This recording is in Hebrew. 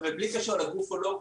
ובלי קשר לגוף או לא גוף,